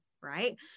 right